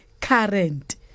current